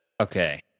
Okay